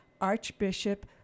Archbishop